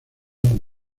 con